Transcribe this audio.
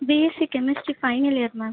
BSc chemistry final year ma'am